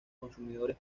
consumidores